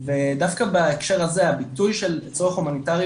- ודווקא בהקשר הזה הביטוי של צורך הומניטרי,